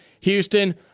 Houston